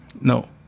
no